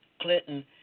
Clinton